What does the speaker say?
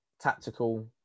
tactical